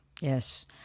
Yes